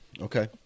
Okay